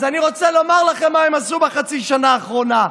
אז אני רוצה לומר לכם מה הם עשו בחצי שנה האחרונה,